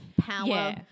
Power